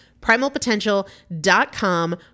Primalpotential.com